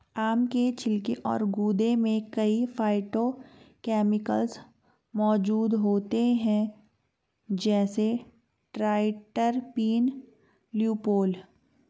आम के छिलके और गूदे में कई फाइटोकेमिकल्स मौजूद होते हैं, जैसे ट्राइटरपीन, ल्यूपोल